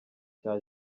cya